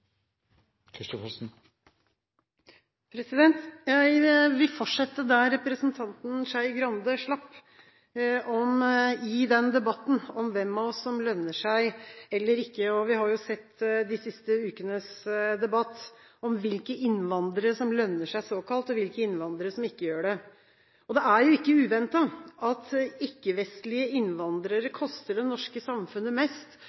her. Jeg vil fortsette der representanten Skei Grande slapp – i debatten om hvem som lønner seg, og ikke. Vi har sett de siste ukenes debatt om hvilke innvandrere som såkalt lønner seg, og hvilke innvandrere som ikke gjør det. Det er ikke uventet at ikke-vestlige innvandrere koster det norske samfunnet mest,